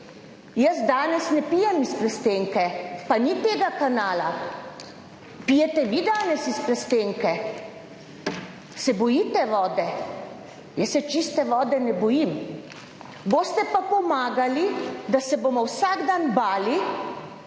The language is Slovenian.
Jaz danes ne pijem iz plastenke, pa ni tega kanala. Pijete vi danes iz plastenke? Se bojite vode. Jaz se čiste vode ne bojim, boste pa pomagali, da se bomo vsak dan bali